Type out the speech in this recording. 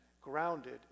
grounded